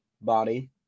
body